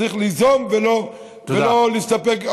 צריך ליזום ולא להסתפק, תודה.